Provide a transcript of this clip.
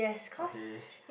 okay